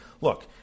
look